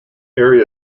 area